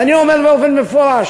אז אני אומר באופן מפורש: